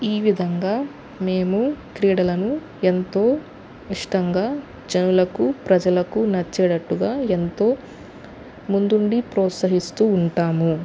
ఈ విధంగా మేము క్రీడలను ఎంతో ఇష్టంగా జనులకు ప్రజలకు నచ్చేటట్టుగా ఎంతో ముందుండి ప్రోత్సహిస్తూ ఉంటాము